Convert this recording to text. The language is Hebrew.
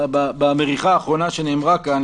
במריחה האחרונה שנאמרה כאן,